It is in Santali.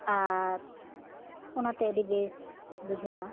ᱟᱨ ᱚᱱᱟᱛᱮ ᱟᱹᱰᱤ ᱵᱮᱥ ᱵᱩᱡᱷᱟᱹᱜᱼᱟ